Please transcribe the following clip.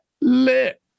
lit